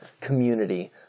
community